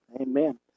amen